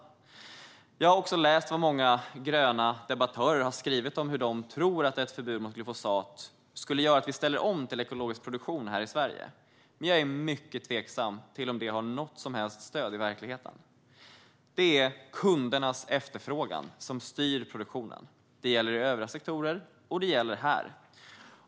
Jag har också läst vad många gröna debattörer skriver om vad de tror att ett förbud mot glyfosat skulle innebära för en omställning till ekologisk produktion här i Sverige. Men jag är mycket tveksam till om det har något som helst stöd i verkligheten. Det är kundernas efterfrågan som styr produktionen. Det gäller i övriga sektorer, och det gäller här.